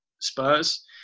Spurs